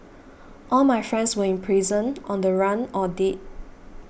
all my friends were in prison on the run or dead